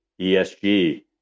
ESG